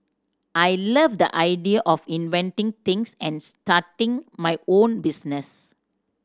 I love the idea of inventing things and starting my own business